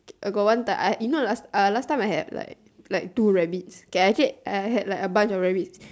uh got one time uh you know last uh last time I have like like two rabbits okay actually I had like a bunch of rabbits